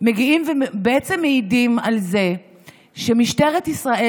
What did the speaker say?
מגיעים ובעצם מעידים על זה שמשטרת ישראל